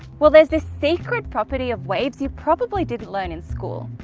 well there's this secret property of waves you probably didn't learn in school.